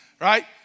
right